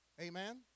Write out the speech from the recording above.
Amen